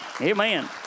Amen